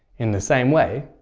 in the same way,